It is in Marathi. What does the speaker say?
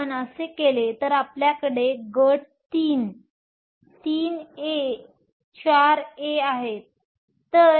जर आपण असे केले तर आपल्याकडे गट II 3 A 4 A आहेत